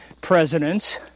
presidents